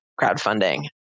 crowdfunding